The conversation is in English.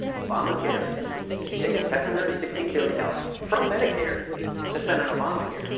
obamacare takes seven hundred and sixteen billion dollars from medicare to spend on obamacare.